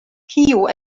kiu